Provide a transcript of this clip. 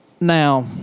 Now